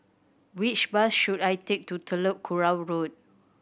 which bus should I take to Telok Kurau Road